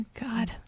God